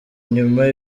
inyuma